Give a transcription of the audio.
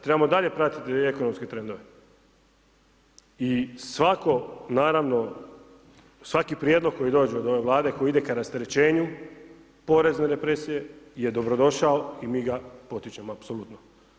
Trebamo dalje pratiti ekonomske trendove i svako naravno, svaki prijedlog koji dođe od ove Vlade koji ide k rasterećenju porezne represije je dobro došao i mi ga potičemo apsolutno.